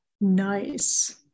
Nice